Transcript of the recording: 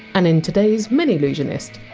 and in today! s minillusionist,